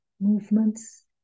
movements